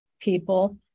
people